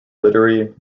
literary